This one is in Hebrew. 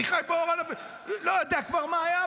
אני לא יודע כבר מה היה,